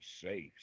safe